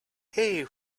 hay